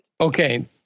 Okay